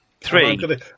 Three